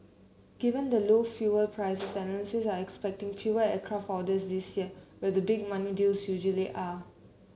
given the low fuel prices analysts are expecting fewer aircraft orders this year where the big money deals usually are